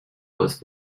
both